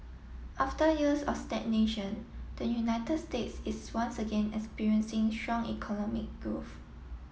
after years of stagnation the United States is once again experiencing strong economic growth